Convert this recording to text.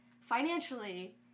financially